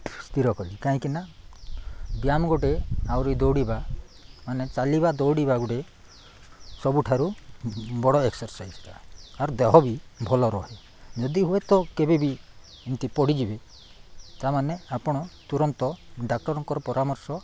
ସ୍ଥିର କରି କାହିଁକିନା ବ୍ୟାୟାମ ଗୋଟେ ଆହୁରି ଦୌଡ଼ିବା ମାନେ ଚାଲିବା ଦୌଡ଼ିବା ଗୋଟେ ସବୁଠାରୁ ବଡ଼ ଏକ୍ସରସାଇଜ୍ଟା ଆର ଦେହ ବି ଭଲ ରହେ ଯଦି ହୁଏତ କେବେ ବି ଏମିତି ପଡ଼ିଯିବେ ତା'ମାନେ ଆପଣ ତୁରନ୍ତ ଡାକ୍ତରଙ୍କର ପରାମର୍ଶ